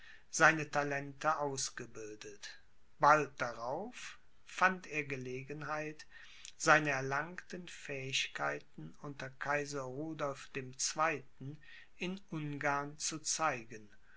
seine talente ausgebildet bald darauf fand er gelegenheit seine erlangten fähigkeiten unter kaiser rudolph dem zweiten in ungarn zu zeigen